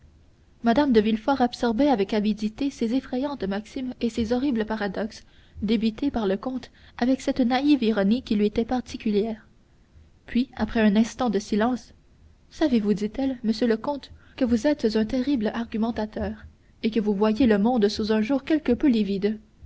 mme de villefort absorbait avec avidité ces effrayantes maximes et ces horribles paradoxes débités par le comte avec cette naïve ironie qui lui était particulière puis après un instant de silence savez-vous dit-elle monsieur le comte que vous êtes un terrible argumentateur et que vous voyez le monde sous un jour quelque peu